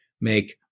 make